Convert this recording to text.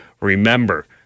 Remember